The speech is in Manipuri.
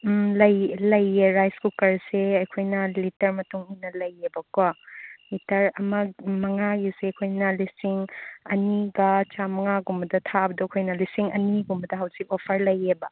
ꯎꯝ ꯂꯩꯌꯦ ꯔꯥꯏꯁ ꯀꯨꯀꯔꯁꯦ ꯑꯩꯈꯣꯏꯅ ꯂꯤꯇꯔ ꯃꯇꯨꯡꯏꯟꯅ ꯂꯩꯌꯦꯕꯀꯣ ꯂꯤꯇꯔ ꯃꯉꯥꯒꯤꯁꯦ ꯑꯩꯈꯣꯏꯅ ꯂꯤꯁꯤꯡ ꯑꯅꯤꯒ ꯆꯥꯝꯃꯉꯥꯒꯨꯝꯕꯗ ꯊꯥꯕꯗꯣ ꯑꯩꯈꯣꯏꯅ ꯂꯤꯁꯤꯡ ꯑꯅꯤꯒꯨꯝꯕꯗ ꯍꯧꯖꯤꯛ ꯑꯣꯐꯔ ꯂꯩꯌꯦꯕ